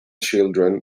children